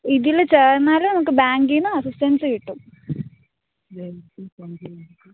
ഇതിൽ ചേർന്നാൽ നമുക്ക് ബാങ്കിന്ന് അസ്സിസ്റ്റൻസ് കിട്ടും